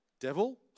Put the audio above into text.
devil